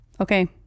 Okay